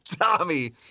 Tommy